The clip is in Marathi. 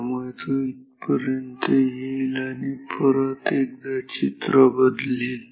त्यामुळे तो इथपर्यंत येईल आणि परत एकदा चित्र बदलेल